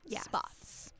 spots